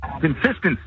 consistency